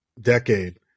decade